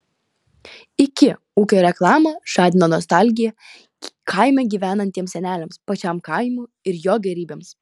iki ūkio reklama žadino nostalgiją kaime gyvenantiems seneliams pačiam kaimui ir jo gėrybėms